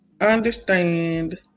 understand